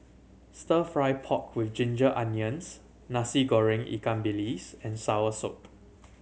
Stir Fry pork with ginger onions Nasi Goreng ikan bilis and soursop